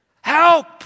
Help